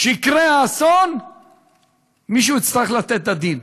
כשיקרה האסון מישהו יצטרך לתת את הדין.